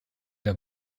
der